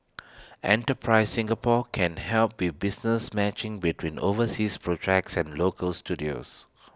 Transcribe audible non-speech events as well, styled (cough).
(noise) enterprise Singapore can help be business matching between overseas projects and local studios